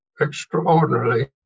Extraordinarily